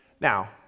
Now